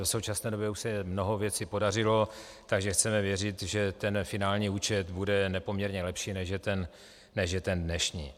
V současné době už se mnoho věcí podařilo, takže chceme věřit, že ten finální účet bude nepoměrně lepší, než je ten dnešní.